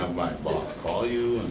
boss call you.